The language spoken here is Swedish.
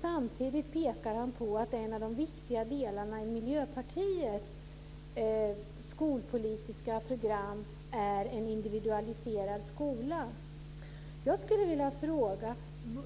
Samtidigt pekar han på att en av de viktiga delarna i Miljöpartiets skolpolitiska program är en individualiserad skola.